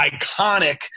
iconic